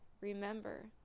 remember